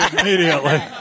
immediately